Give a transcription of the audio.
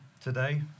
today